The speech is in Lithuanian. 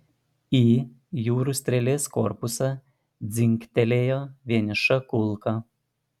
į jūrų strėlės korpusą dzingtelėjo vieniša kulka